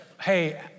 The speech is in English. hey